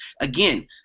Again